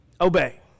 obey